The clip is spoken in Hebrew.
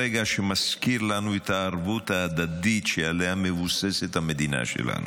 רגע שמזכיר לנו את הערבות ההדדית שעליה מבוססת המדינה שלנו.